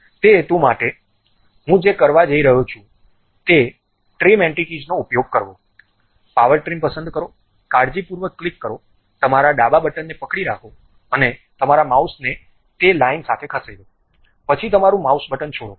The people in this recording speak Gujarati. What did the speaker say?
તે હેતુ માટે હું જે કરવા જઇ રહ્યો છું તે છે ટ્રીમ એન્ટિટીઝનો ઉપયોગ કરવો પાવર ટ્રીમ પસંદ કરો કાળજીપૂર્વક ક્લિક કરો તમારા ડાબા બટનને પકડી રાખો અને તમારા માઉસને તે લાઈન સાથે ખસેડો પછી તમારું માઉસ બટન છોડો